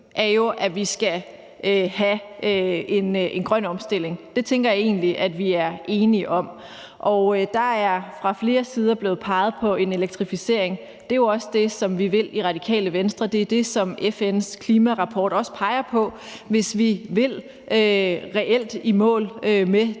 er jo, at vi skal have en grøn omstilling. Det tænker jeg egentlig at vi er enige om. Og der er fra flere sider blev peget på en elektrificering, og det er jo også det, som vi vil i Radikale Venstre. Det er det, som FN's klimarapport også peger på, hvis vi vil reelt i mål med den grønne